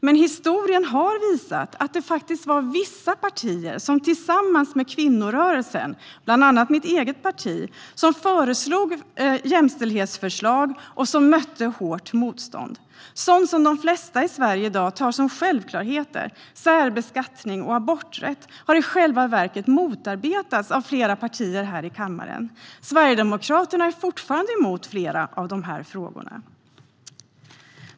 Men historien har visat att det faktiskt var vissa partier, bland annat mitt eget parti, som tillsammans med kvinnorörelsen lade fram jämställdhetsförslag och som mötte hårt motstånd. Det handlade om sådant som de flesta i Sverige i dag tar som självklarheter. Särbeskattning och aborträtt har i själva verket motarbetats av flera partier här i kammaren. Sverigedemokraterna är fortfarande emot när det gäller flera av dessa frågor.